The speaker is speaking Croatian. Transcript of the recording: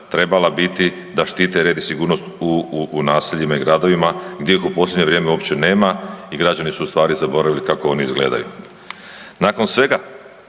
trebala biti da štite red i sigurnost u naseljima i gradovima gdje ih u posljednje vrijeme uopće nema i građani su ustvari zaboravili kako oni izgledaju. Nakon svega